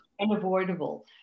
Unavoidable